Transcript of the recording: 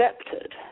accepted